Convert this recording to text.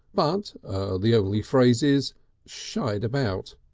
but the only phrase is shied about.